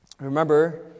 Remember